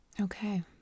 Okay